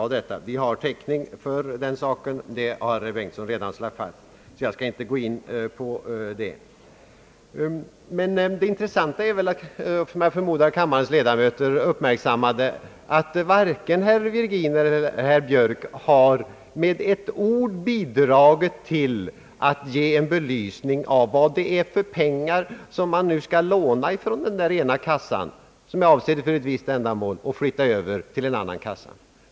Vi har täckning, som herr Bengtson fastslog, och jag skall inte gå in på det vidare. Det intressanta är väl det som jag förmodar kammarens ledamöter uppmärksammat, att varken herr Virgin eller herr Björk har med ett ord bidragit till att ge en belysning av vad det är för pengar som man nu skall låna från den ena kassan, som är avsedd för ett visst ändamål, och flytta över till den andra kassan.